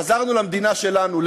חזרנו למדינה שלנו,